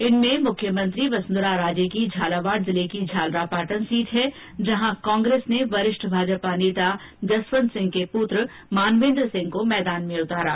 इसमें मुख्यमंत्री वसुंधरा राजे की झालावाड़ जिले की झालरापाटन है जहां कांग्रेस ने वरिष्ठ भाजपा नेता जसवंत सिंह के पुत्र मानवेन्द्र सिंह को मैदान में उतारा